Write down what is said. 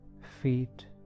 Feet